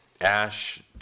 Ash